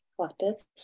collectives